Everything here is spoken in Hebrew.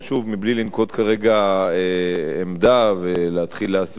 בלי לנקוט כרגע עמדה ולהתחיל להסביר,